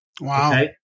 Wow